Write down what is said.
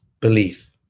belief